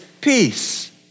peace